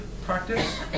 practice